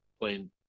playing –